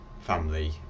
family